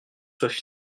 soient